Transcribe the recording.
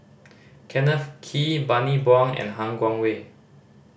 Kenneth Kee Bani Buang and Han Guangwei